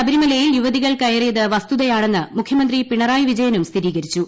ശബരിമലയിൽ യുവതികൾ കയറിയത് വസ്തുതയാണെന്ന് മുഖ്യമന്ത്രി പിണറായി വിജയനും സ്ഥിരീകരിച്ചു